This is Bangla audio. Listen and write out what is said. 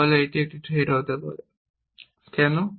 তাহলে এটি একটি থ্রেড হতে পারে কেন